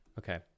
Okay